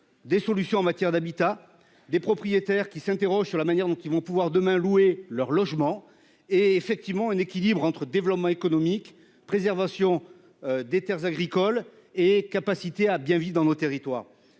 Des solutions en matière d'habitat des propriétaires qui s'interroge sur la manière donc ils vont pouvoir demain louer leur logement et effectivement un équilibre entre développement économique préservation des Terres agricoles et capacité à bien vivre dans nos territoires.